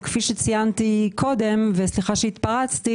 כפי שציינתי קודם, וסליחה שהתפרצתי